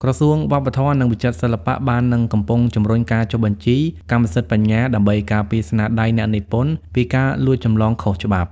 ក្រសួងវប្បធម៌ និងវិចិត្រសិល្បៈបាននិងកំពុងជំរុញការចុះបញ្ជីកម្មសិទ្ធិបញ្ញា ដើម្បីការពារស្នាដៃអ្នកនិពន្ធពីការលួចចម្លងខុសច្បាប់។